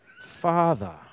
father